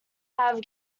have